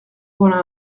voilà